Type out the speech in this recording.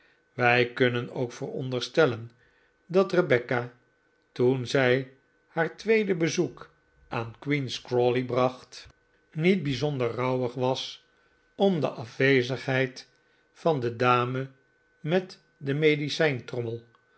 wij kunnen ook veronderstellen dat rebecca toen zij haar tweede bezoek aan queen's crawley bracht niet bijzonder rouwig was om de afwezigheid van de dame met de